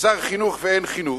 שר חינוך ואין חינוך,